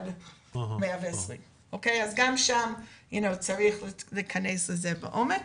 80-120. אז גם שם צריך להכנס לזה לעומק.